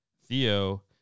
theo